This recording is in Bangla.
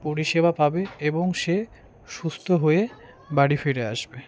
পরিষেবা পাবে এবং সে সুস্থ হয়ে বাড়ি ফিরে আসবে